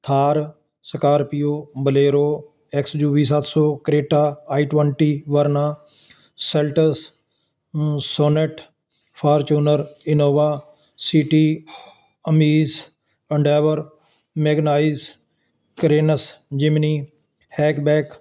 Thar Scorpio Bolero XUV ਸੱਤ ਸੌ Creta i twenty Verna Seltos Sonet Fortuner Innova City Amaze Endeavour Magnite Carens Jimny hatchback